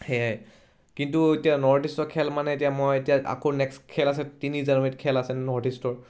সেয়াই কিন্তু এতিয়া নৰ্থ ইষ্টৰ খেল মানে এতিয়া মই এতিয়া আকৌ নেক্সট খেল আছে তিনি জানুৱাৰীত খেল আছে নৰ্থ ইষ্টৰ